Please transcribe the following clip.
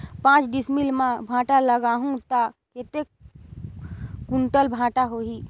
पचास डिसमिल मां भांटा लगाहूं ता कतेक कुंटल भांटा होही?